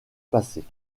passées